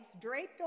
draped